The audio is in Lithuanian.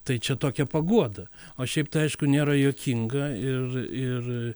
tai čia tokia paguoda o šiaip tai aišku nėra juokinga ir ir